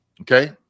Okay